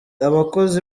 abakozi